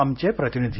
आमचे प्रतिनिधी